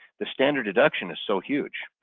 the standard deduction is so huge.